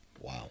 Wow